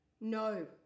no